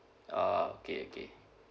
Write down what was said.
ah okay okay